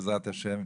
בעזרת השם,